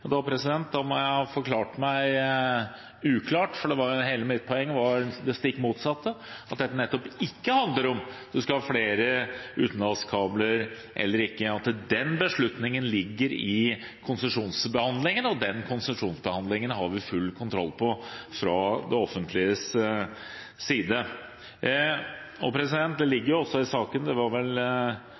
Da må jeg ha forklart meg uklart, for hele mitt poeng var det stikk motsatte, at dette nettopp ikke handler om hvorvidt man skal ha flere utenlandskabler eller ikke. Den beslutningen ligger i konsesjonsbehandlingen, og den konsesjonsbehandlingen har vi full kontroll på fra det offentliges side. Det ligger også i saken hvordan man skal kjøre disse utenlandskablene – det var vel